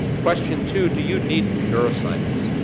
question two, do you need neuroscience?